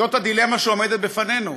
זאת הדילמה שעומדת בפנינו,